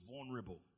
vulnerable